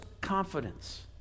confidence